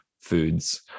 foods